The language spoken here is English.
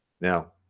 now